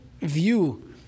view